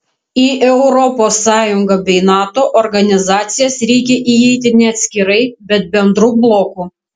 į europos sąjungą bei nato organizacijas reikia įeiti ne atskirai bet bendru bloku